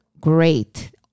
great